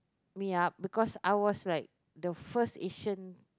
me up because I was like the first Asian